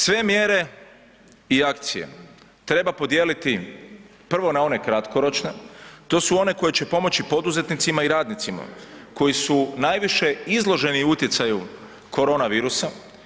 Sve mjere i akcije treba podijeliti prvo na one kratkoročne to su one koje će pomoći poduzetnicima i radnicima koji su najviše izloženi utjecaju korona virusa.